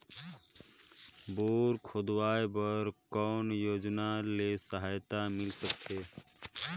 Bore खोदवाय बर कौन योजना ले सहायता मिल सकथे?